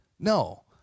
No